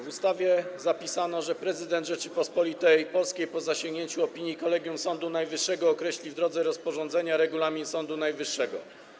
W ustawie zapisano, że prezydent Rzeczypospolitej Polskiej po zasięgnięciu opinii Kolegium Sądu Najwyższego określi, w drodze rozporządzenia, regulamin Sądu Najwyższego.